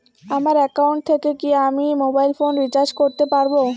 আমার একাউন্ট থেকে কি আমি মোবাইল ফোন রিসার্চ করতে পারবো?